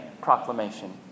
proclamation